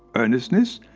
earnestness,